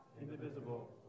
indivisible